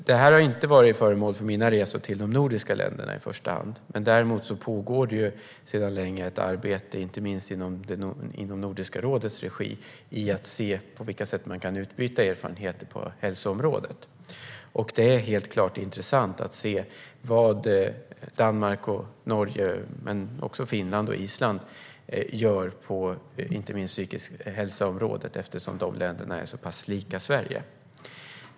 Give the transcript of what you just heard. Detta har inte i första hand varit aktuellt på mina resor till de nordiska länderna, men däremot pågår sedan länge ett arbete, inte minst i Nordiska rådets regi, med att se på vilka sätt man kan utbyta erfarenheter på hälsoområdet. Det är helt klart intressant att se vad Danmark och Norge, men också Finland och Island, gör på området psykisk hälsa eftersom de länderna är så pass lika Sverige.